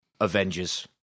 Avengers